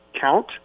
count